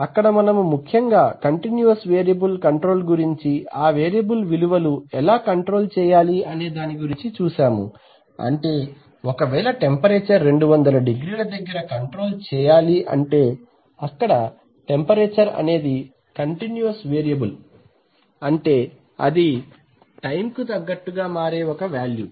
అక్కడ మనము ముఖ్యంగా కంటిన్యూవస్ వేరియబుల్ కంట్రోల్ గురించి ఆ వేరియబుల్ విలువలు ఎలా కంట్రోల్ చేయాలి అనేదాని గురించి అంటే ఒకవేళ టెంపరేచర్ 200 డిగ్రీల దగ్గర కంట్రోల్ చేయాలి అంటే అక్కడ టెంపరేచర్ అనేది కంటిన్యూవస్ వేరియబుల్ అంటే అది టైం కు తగ్గట్టుగా మారే ఒక వ్యాల్యూ